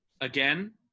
Again